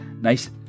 nice